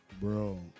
Bro